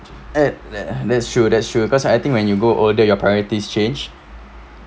uh that's true that's true cause I think when you grow older your priorities change